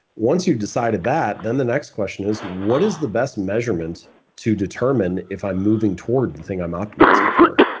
once you decided that, then the next question is, what is the best measurement to determine if i'm moving toward the thing i'm optimizing for?